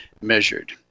measured